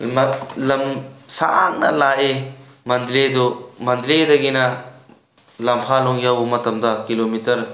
ꯂꯝ ꯁꯥꯡꯅ ꯂꯥꯛꯏ ꯃꯟꯗꯂꯦꯗꯣ ꯃꯟꯗꯂꯦꯗꯒꯤꯅ ꯂꯝꯐꯥꯂꯣꯡ ꯌꯧꯕ ꯃꯇꯝꯗ ꯀꯤꯂꯣꯃꯤꯇꯔ